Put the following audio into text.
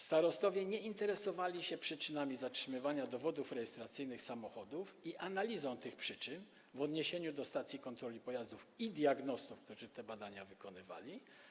Starostowie nie interesowali się przyczynami zatrzymywania dowodów rejestracyjnych samochodów i analizą tych przyczyn w odniesieniu do stacji kontroli pojazdów i diagnostów, którzy te badania wykonywali.